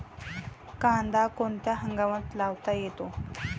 कांदा कोणत्या हंगामात लावता येतो?